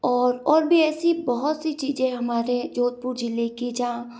और और भी ऐसी बहोत सी चीज़ें हैं हमारे जोधपुर जिले की जहाँ